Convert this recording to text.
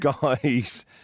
guys